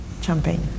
champagne